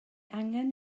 angen